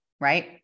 right